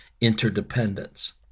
interdependence